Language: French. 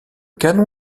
canon